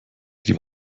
die